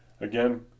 Again